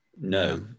No